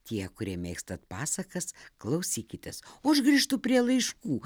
tie kurie mėgstat pasakas klausykitės o aš grįžtu prie laiškų